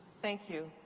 thank you.